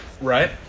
Right